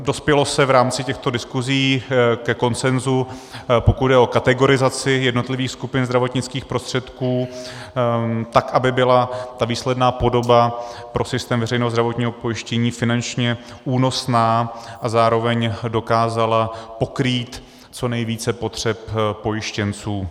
Dospělo se v rámci těchto diskusí ke konsenzu, pokud jde o kategorizaci jednotlivých skupin zdravotnických prostředků tak, aby byla ta výsledná podoba pro systém veřejného zdravotního pojištění finančně únosná a zároveň dokázala pokrýt co nejvíce potřeb pojištěnců.